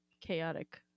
chaotic